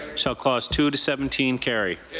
so clause two to seventeen carry.